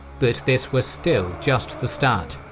but this was still just the start.